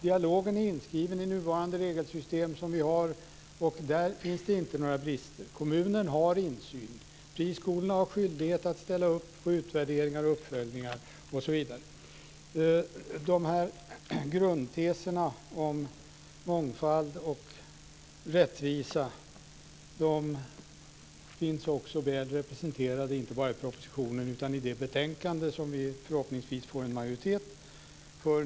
Dialogen är inskriven i det nuvarande regelsystemet, och i den finns det inga brister. Kommunen har insyn. Friskolorna har skyldighet att ställa upp på utvärderingar, uppföljningar osv. Grundteserna om mångfald och rättvisa är också mycket väl representerade inte bara i propositionen utan också i det betänkande som vi nu förhoppningsvis får en majoritet för.